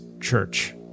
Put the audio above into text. church